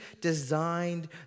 designed